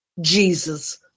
Jesus